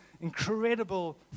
incredible